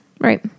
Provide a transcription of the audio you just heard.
Right